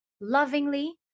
lovingly